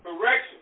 correction